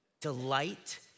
delight